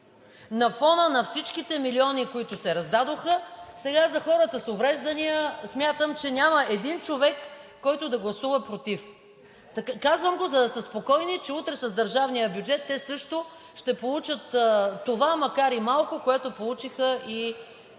На фона на всичките милиони, които се раздадоха, сега за хората с увреждания смятам, че няма един човек, който да гласува против. Казвам го, за да са спокойни, че утре с държавния бюджет те също ще получат това макар и малко, което получиха и